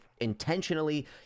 intentionally